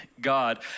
God